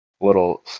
little